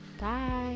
bye